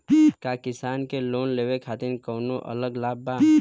का किसान के लोन लेवे खातिर कौनो अलग लाभ बा?